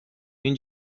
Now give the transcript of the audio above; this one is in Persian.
این